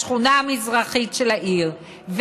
בשכונה המזרחית של העיר,